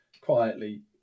quietly